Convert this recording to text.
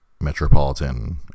Metropolitan